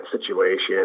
situation